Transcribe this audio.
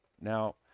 Now